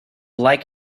like